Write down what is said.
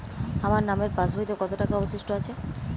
আমার নামের পাসবইতে কত টাকা অবশিষ্ট আছে?